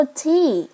tea